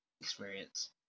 experience